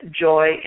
joy